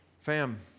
Fam